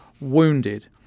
wounded